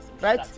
Right